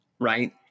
Right